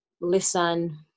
listen –